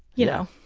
you know.